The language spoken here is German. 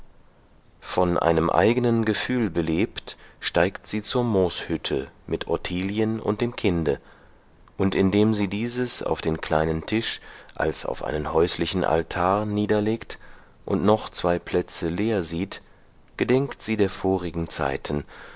von einem eigenen gefühl belebt steigt sie zur mooshütte mit ottilien und dem kinde und indem sie dieses auf den kleinen tisch als auf einen häuslichen altar niederlegt und noch zwei plätze leer sieht gedenkt sie der vorigen zeiten